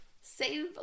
save